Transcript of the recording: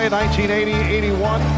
1980-81